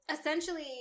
essentially